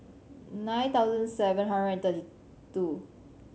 nine thousand seven hundred and thirty two